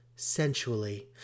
Sensually